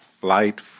flight